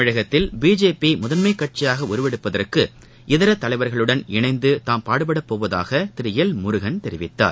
தமிழகத்தில் பிஜேபி முதன்மைக் கட்சியாக உருவெடுப்பதற்கு இதர தலைவர்களுடன் இணைந்து தாம் பாடுபடப்போவதாக திரு எல் முருகன் தெரிவித்தார்